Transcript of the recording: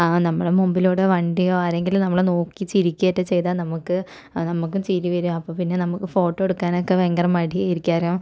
ആ നമ്മുടെ മുമ്പിലൂടെ വണ്ടിയോ ആരെങ്കിലും നമ്മളെ നോക്കി ചിരിക്കേ റ്റ ചെയ്താൽ നമുക്ക് അത് നമുക്കും ചിരി വരും അപ്പോൾ പിന്നെ നമുക്ക് ഫോട്ടോ എടുക്കാനൊക്കെ ഭയങ്കര മടിയായിരിക്കും